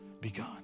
begun